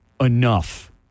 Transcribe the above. enough